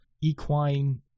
equine